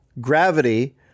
Gravity